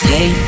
Hey